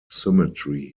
symmetry